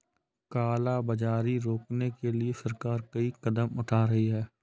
काला बाजारी रोकने के लिए सरकार कई कदम उठा रही है